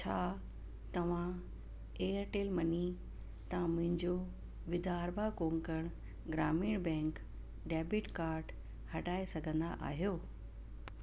छा तव्हां Airtel money तां मुंहिंजो Vidarbha Konkan Gramin bank debit card हटाए सघंदा आहियो